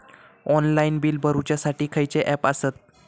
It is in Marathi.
ऑनलाइन बिल भरुच्यासाठी खयचे खयचे ऍप आसत?